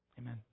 Amen